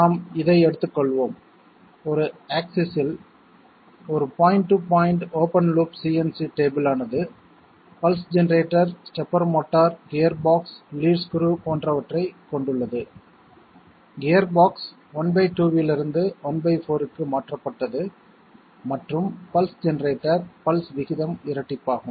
நாம் இதை எடுத்துக்கொள்வோம் ஒரு X ஆக்ஸிஸ் இல் ஒரு point to point open loop CNC table ஆனது pulse generator stepper motor gearbox lead screw போன்றவற்றைக் கொண்டுள்ளது கியர்பாக்ஸ் ½ இலிருந்து ¼ க்கு மாற்றப்பட்டது மற்றும் பல்ஸ் ஜெனரேட்டர் பல்ஸ் விகிதம் இரட்டிப்பாகும்